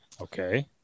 Okay